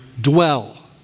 dwell